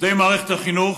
עובדי מערכת החינוך